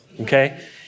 okay